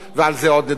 ועל זה עוד נדבר.